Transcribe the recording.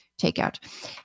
takeout